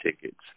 tickets